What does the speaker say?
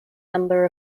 number